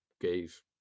Gay's